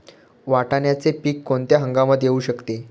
वाटाण्याचे पीक कोणत्या हंगामात येऊ शकते?